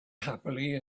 happily